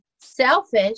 selfish